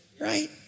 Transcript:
right